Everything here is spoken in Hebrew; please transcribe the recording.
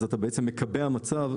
אתה מקבע מצב,